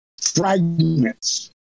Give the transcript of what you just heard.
fragments